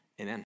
Amen